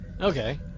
Okay